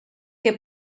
que